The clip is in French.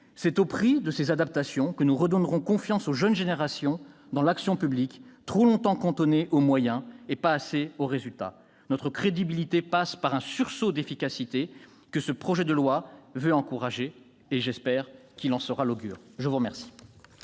C'est au prix de ces adaptations que nous redonnerons confiance aux jeunes générations dans l'action publique, trop longtemps cantonnée aux moyens et pas assez tournée vers les résultats. Notre crédibilité passe par un sursaut d'efficacité que le projet de loi veut encourager, et j'espère qu'il en sera l'augure. La parole